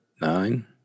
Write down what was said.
nine